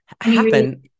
happen